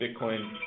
Bitcoin